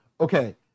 okay